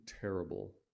terrible